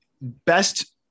Best